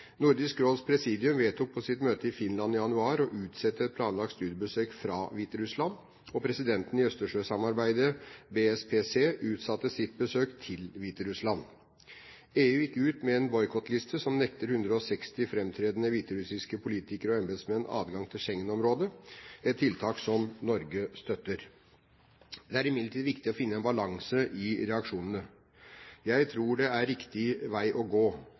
Nordisk Råds presidium vedtok på sitt møte i Finland i januar å utsette et planlagt studiebesøk fra Hviterussland. Presidenten i Østersjøsamarbeidet – BSPC – utsatte sitt besøk til Hviterussland. EU gikk ut med en boikottliste som nekter 160 framtredende hviterussiske politikere og embetsmenn adgang til Schengen-området, et tiltak som Norge støtter. Det er imidlertid viktig å finne en balanse i reaksjonene. Jeg tror det er riktig å gå